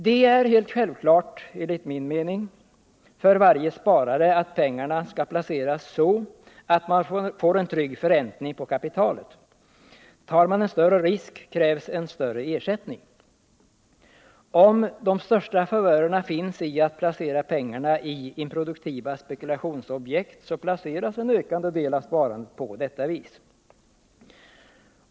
Det är helt självklart för varje sparare att pengarna placeras så att man får en trygg förräntning på kapitalet. Tar man en större risk krävs en större ersättning. Om de största favörerna finns i att placera pengarna i improduktiva spekulationsobjekt, placeras en ökande del av sparandet på detta vis.